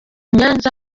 nyanza